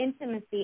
intimacy